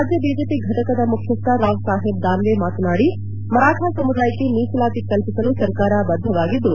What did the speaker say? Raj BJP ಘಟಕದ ಮುಖ್ಯಸ್ನ ರಾವ್ಸಾಪೇಬ್ ದಾನ್ನೆ ಮಾತನಾಡಿ ಮರಾಠಾ ಸಮುದಾಯಕ್ಷೆ ಮೀಸಲಾತಿ ಕಲ್ಲಿಸಲು ಸರ್ಕಾರ ಬದ್ದವಾಗಿದ್ದು